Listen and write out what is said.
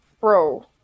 bro